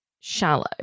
shallow